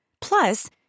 Plus